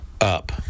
up